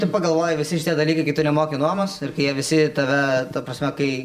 tu pagalvoji visi šitie dalykai kai tu nemoki nuomos ir kai jie visi tave ta prasme kai